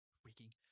freaking